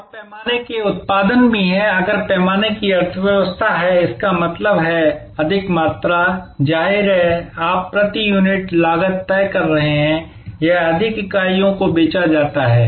और पैमाने के उत्पादन भी हैं अगर पैमाने की अर्थव्यवस्था है इसका मतलब है अधिक मात्रा जाहिर है कि आप प्रति यूनिट लागत तय कर रहे हैं यह अधिक इकाइयों को बेचा जाता है